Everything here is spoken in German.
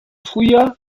frühjahr